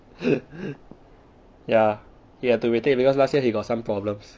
ya he have to retake because last year he got some problems